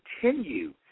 continue